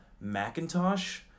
Macintosh